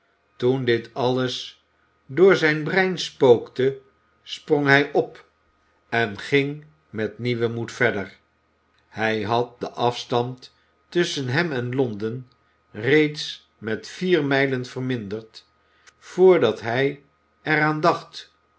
toen dit alles door zijn brein spookte sprong hij op en ging met nieuwen moed verder hij had den afstand tusschen hem en londen reeds met vier mijlen verminderd voordat hij er